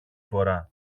φορά